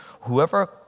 Whoever